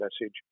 message